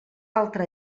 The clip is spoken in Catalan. altre